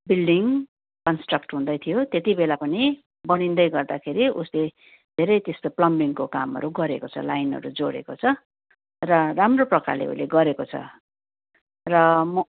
building construct हुँदै थियो त्यति बेला पनि बनिँदै गर्दाखेरि उसले धेरै त्यस्तो प्लम्बिङको कामहरू गरेको छ लाइनहरू जोडेको छ र राम्रो प्रकारले उसले गरेको छ र म